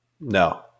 No